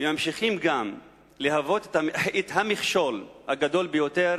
וגם ממשיכים להוות את המכשול הגדול ביותר